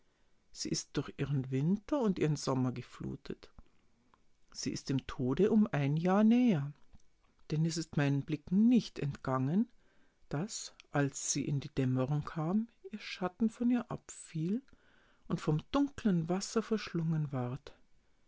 sie ist durch ihren winter und ihren sommer geflutet sie ist dem tode um ein jahr näher denn es ist meinen blicken nicht entgangen daß als sie in die dämmerung kam ihr schatten von ihr abfiel und vom dunklen wasser verschlungen ward